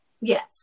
Yes